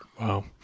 Wow